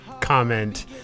comment